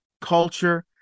culture